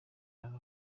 hari